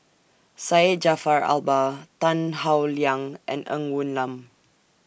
Syed Jaafar Albar Tan Howe Liang and Ng Woon Lam